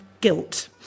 guilt